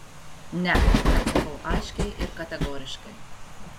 ne atsakau aiškiai ir kategoriškai